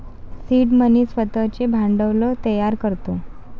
seed money स्वतःचे भांडवल तयार करतो